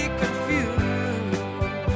confused